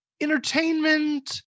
entertainment